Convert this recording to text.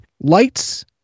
Light's